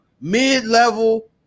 mid-level